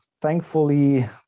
thankfully